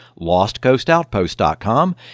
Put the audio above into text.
lostcoastoutpost.com